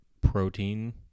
protein